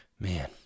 Man